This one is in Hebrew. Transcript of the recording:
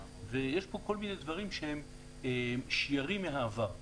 ויש פה כל מיני דברים שהם שיירים מהעבר.